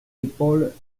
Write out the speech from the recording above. épaules